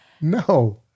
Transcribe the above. No